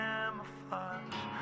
Camouflage